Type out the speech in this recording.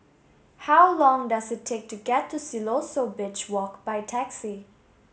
how long does it take to get to Siloso Beach Walk by taxi